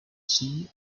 sea